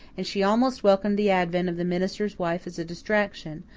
and she almost welcomed the advent of the minister's wife as a distraction,